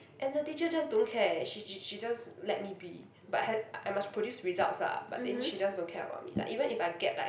and the teacher just don't care she she she just let me be but had I must produce results ah but then she just don't care about me like even if I get like